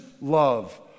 love